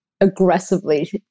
aggressively